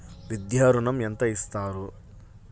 విద్యా ఋణం ఎంత ఇస్తారు?